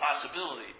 possibility